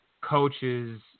coaches